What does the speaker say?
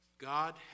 God